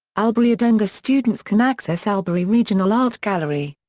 albury-wodonga students can access albury regional art gallery.